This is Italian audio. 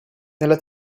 nella